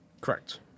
Correct